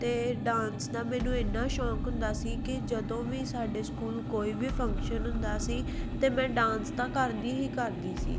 ਅਤੇ ਡਾਂਸ ਦਾ ਮੈਨੂੰ ਇੰਨਾ ਸ਼ੌਂਕ ਹੁੰਦਾ ਸੀ ਕਿ ਜਦੋਂ ਵੀ ਸਾਡੇ ਸਕੂਲ ਕੋਈ ਵੀ ਫੰਕਸ਼ਨ ਹੁੰਦਾ ਸੀ ਤਾਂ ਮੈਂ ਡਾਂਸ ਤਾਂ ਕਰਦੀ ਹੀ ਕਰਦੀ ਸੀ